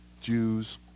Jews